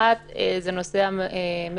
האחת זה נושא המזונות.